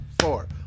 four